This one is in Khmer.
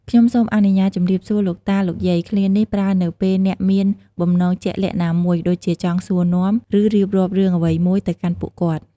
"ខ្ញុំសូមអនុញ្ញាតជម្រាបសួរលោកតា លោកយាយ!" ឃ្លានេះប្រើនៅពេលអ្នកមានបំណងជាក់លាក់ណាមួយ ដូចជាចង់សួរនាំ ឬរៀបរាប់រឿងអ្វីមួយទៅកាន់ពួកគាត់។